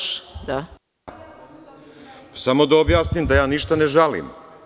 Samo da objasnim HvHhHda ja ništa ne žalim.